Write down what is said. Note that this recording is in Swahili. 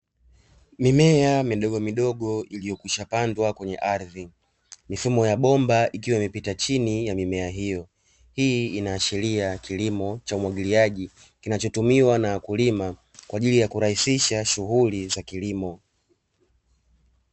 Mimea midogomidogo iliyo kwishapandwa kwenye ardhi, mifumo ya bomba ikiwa imepita chini ya mimea hiyo, hii inaashiria kilimo cha umwagiliaji kinachotumiwa na wakulima, kwa ajili ya kurahisisha shughuli za kilimo.